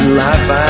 life